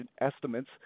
estimates